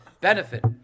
benefit